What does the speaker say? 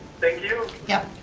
thank you. yeah